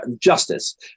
justice